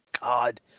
God